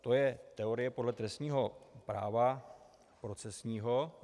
To je teorie podle trestního práva procesního.